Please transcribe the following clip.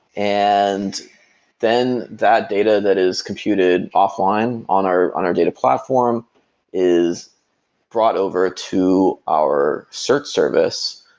and then that data that is computed offline on our on our data platform is brought over to our search service,